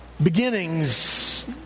Beginnings